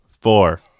four